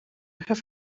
have